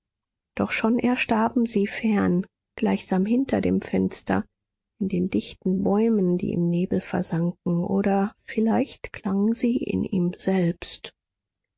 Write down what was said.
doch schon erstarken sie fern gleichsam hinter dem fenster in den dichten bäumen die im nebel versanken oder vielleicht klangen sie in ihm selbst